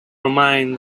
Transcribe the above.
remain